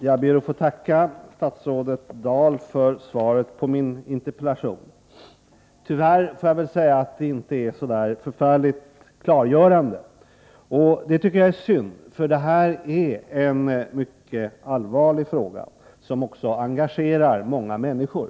Herr talman! Jag ber att få tacka statsrådet Dahl för svaret på min interpellation. Tyvärr är det inte särskilt klargörande. Det är synd, eftersom det gäller en fråga som är mycket allvarlig och som engagerar många människor.